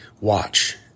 watch